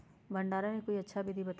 भंडारण के कोई अच्छा विधि बताउ?